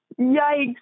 Yikes